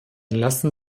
lassen